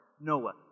Noah